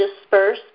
disperse